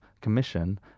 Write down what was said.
commission